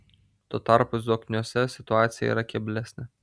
tuo tarpu zokniuose situacija yra keblesnė